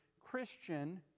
Christian